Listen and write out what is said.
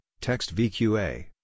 TextVQA